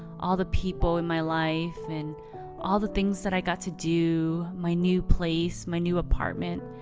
all the people in my life and all the things that i got to do, my new place, my new apartment.